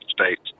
States